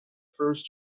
first